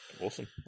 Awesome